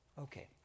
Okay